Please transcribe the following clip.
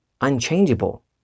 unchangeable